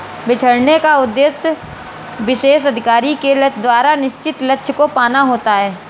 बिछड़ने का उद्देश्य विशेष अधिकारी के द्वारा निश्चित लक्ष्य को पाना होता है